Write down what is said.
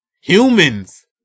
humans